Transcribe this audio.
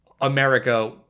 America